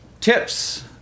tips